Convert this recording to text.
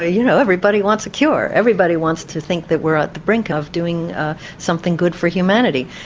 ah you know, everybody wants a cure everybody wants to think that we're at the brink of doing something good for humanity.